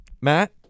Matt